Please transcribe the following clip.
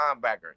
linebacker